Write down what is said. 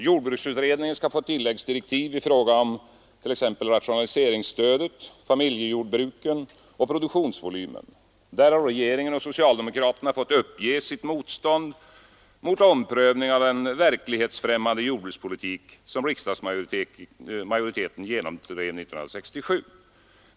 Jordbruksutredningen skall få tilläggsdirektiv i fråga om t.ex. rationaliseringsstödet, familjejordbruken och produktionsvolymen. Regeringen och socialdemokraterna har fått uppge sitt motstånd mot en omprövning av den verklighetsfrämmande jordbrukspolitik som en riksdagsmajoritet genomdrev 1967.